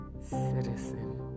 citizen